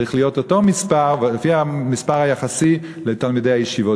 צריך להיות אותו מחיר ולפי המספר היחסי לתלמידי הישיבות.